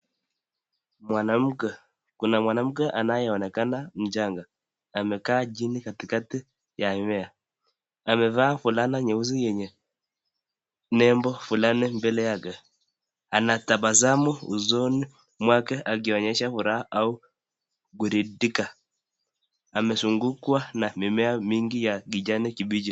Mwanamke. Kuna mwanamke anayeonekana mchanga. Amekaa chini katikati ya mimea. Amevaa fulana nyeusi yenye nembo fulani mbele yake. Anatabasamu usoni mwake akionyesha furaha au kuridhika. Amezungukwa na mimea mingi ya kijani kibichi.